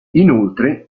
inoltre